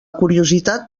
curiositat